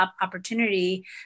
opportunity